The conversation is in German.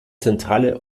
zentrale